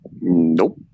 nope